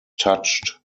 touched